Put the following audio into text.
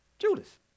Judas